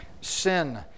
sin